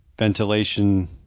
ventilation